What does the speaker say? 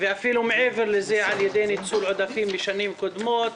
ואפילו מעבר לזה על ידי ניצול עודפים משנים קודמות,